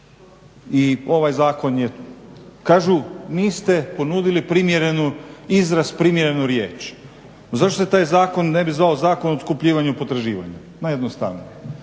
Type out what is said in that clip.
I ovaj zakon je, kažu, niste ponudili primjereni izraz, primjerenu riječ. Zašto se taj zakon ne bi zvao Zakon o otkupljivanju potraživanja? Najjednostavnije.